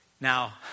Now